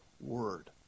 word